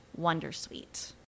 wondersuite